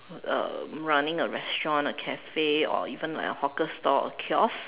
um running a restaurant a cafe or even like a hawker stall a kiosk